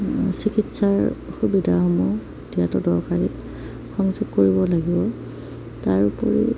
চিকিৎসাৰ সুবিধাসমূহ দিয়াতো দৰকাৰী সংযোগ কৰিব লাগিব তাৰ উপৰি